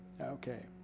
Okay